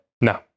No